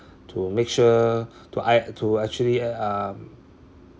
to make sure to I to actually um